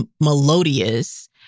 melodious